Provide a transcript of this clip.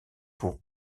pour